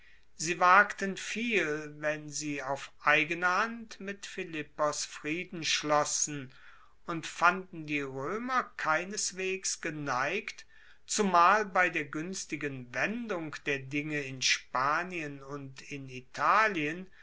sie wagten viel wenn sie auf eigene hand mit philippos frieden schlossen und fanden die roemer keineswegs geneigt zumal bei der guenstigen wendung der dinge in spanien und in italien